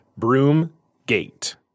Broomgate